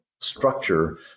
structure